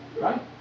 Right